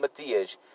Matias